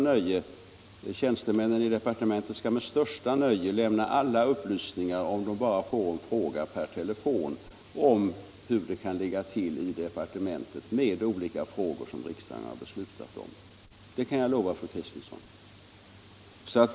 Om tjänstemännen i departementet bara får en fråga per telefon skall de med största nöje lämna alla upplysningar om hur det kan ligga till i departementet med olika frågor som riksdagen har beslutat om. Det kan jag lova fru Kristensson.